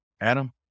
Adam